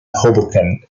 hoboken